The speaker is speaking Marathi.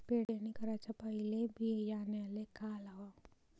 पेरणी कराच्या पयले बियान्याले का लावाव?